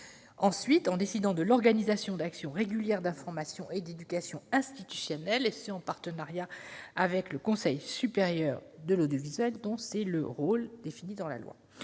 ensuite décidé l'organisation d'actions régulières d'information et d'éducation institutionnelles, en partenariat avec le Conseil supérieur de l'audiovisuel, dont c'est le rôle, conformément à la loi.